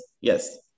Yes